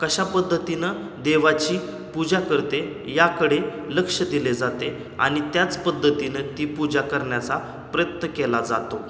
कशा पद्धतीने देवाची पूजा करते याकडे लक्ष दिले जाते आणि त्याच पद्धतीने ती पूजा करण्याचा प्रयत्न केला जातो